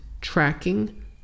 tracking